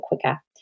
quicker